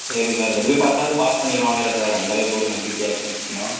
சரி சார் எப்படியும் பத்தாவது பாஸ் பண்ணிவிடுவான்ல சார் அந்தளவுக்கு ஒரு நம்பிக்கையாச்சும் இருக்குமா